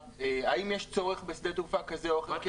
האם יש צורך בשדה תעופה כזה או אחר.